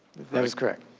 that is correct.